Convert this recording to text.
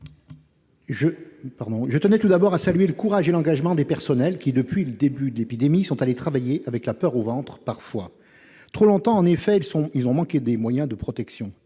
Je tenais tout d'abord à saluer le courage et l'engagement des personnels, qui, depuis le début de l'épidémie, sont allés travailler, parfois avec « la peur au ventre ». Trop longtemps, en effet, ils ont manqué des moyens de protection